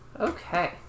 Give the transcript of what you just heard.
Okay